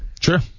sure